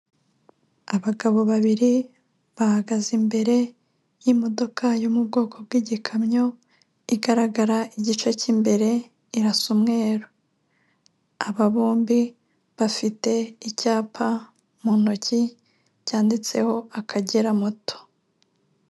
Abagabo babiri bahagaze imbere y'imodoka yo mu bwoko bw'igikamyo igaragara igice cy'imbere irasa umweru, aba bombi bafite icyapa mu ntoki cyanditseho Akagera moto.